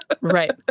Right